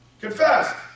Confess